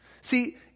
See